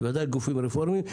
גם גופים כלכליים.